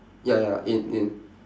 ya ya in in